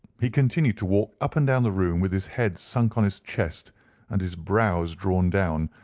he continued to walk up and down the room with his head sunk on his chest and his brows drawn down,